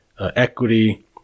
equity